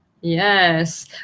yes